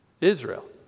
Israel